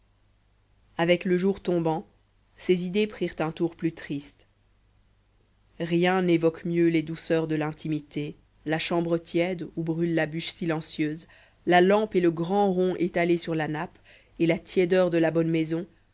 avec le jour tombant ses idées prirent un tour plus triste rien n'évoque mieux les douceurs de l'intimité la chambre tiède où brûle la bûche silencieuse la lampe et le grand rond étalé sur la nappe et la tiédeur de la bonne maison